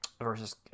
versus